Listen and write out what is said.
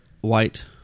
white